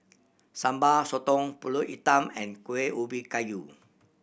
Sambal Sotong Pulut Hitam and Kuih Ubi Kayu